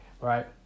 Right